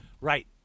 Right